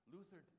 Luther